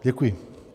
Děkuji.